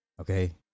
Okay